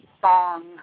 Song